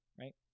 right